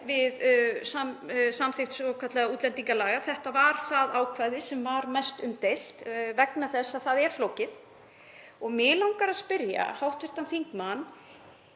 við samþykkt svokallaðra útlendingalaga, þetta var það ákvæði sem var mest umdeilt vegna þess að það er flókið. Mig langar að spyrja hv. þingmann: